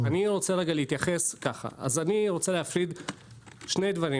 אני רוצה להפריד שני דברים.